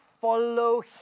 follow